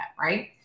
right